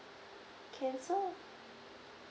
cancel